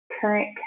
current